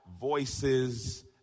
Voices